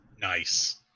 Nice